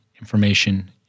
information